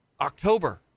October